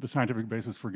the scientific basis for